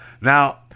Now